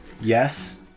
yes